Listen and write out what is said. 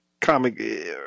comic